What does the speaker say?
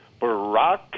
Barack